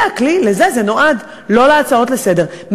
זה הכלי, לזה זה נועד, ולא הצעות לסדר-היום.